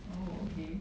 oh okay